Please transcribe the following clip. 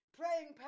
praying